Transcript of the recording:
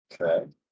Okay